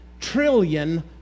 trillion